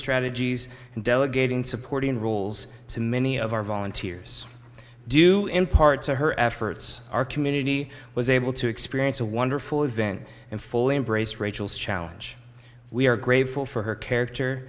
strategies and delegating supporting roles to many of our volunteers do in part to her efforts our community was able to experience a wonderful event and fully embrace rachel's challenge we are grateful for her character